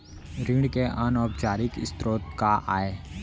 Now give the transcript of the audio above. ऋण के अनौपचारिक स्रोत का आय?